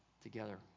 together